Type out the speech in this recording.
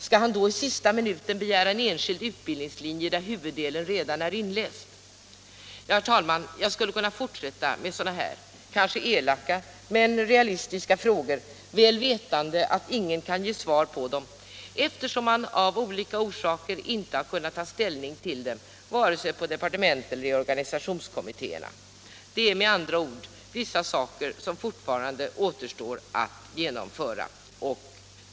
Skall han då i sista minuten begära en enskild utbildningslinje där huvuddelen redan är inläst? Ja, herr talman, jag skulle kunna fortsätta med sådana här kanske elaka men realistiska frågor, väl vetande att ingen kan ge mig svar på dem, eftersom man av olika orsaker inte kunnat ta ställning till dem vare sig på departementet eller i organisationskommittéerna. Det är med andra ord vissa saker som fortfarande återstår att genomföra.